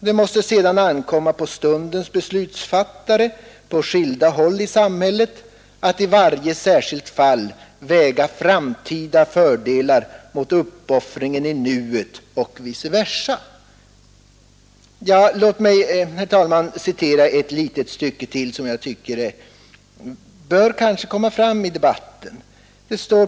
Det måste sedan ankomma på stundens beslutsfattare på skilda håll i samhället att i varje särskilt fall väga framtida fördelar mot uppoffringen i nuet — och vice versa.” Låt mig, herr talman, citera ett litet stycke till, som bör komma fram i debatten.